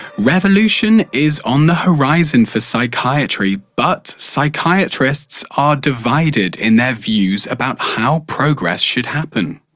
revolution is on the horizon for psychiatry but psychiatrists are divided in their views about how progress should happen.